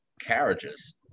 carriages